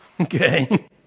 Okay